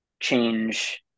change